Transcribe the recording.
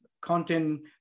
content